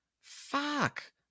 fuck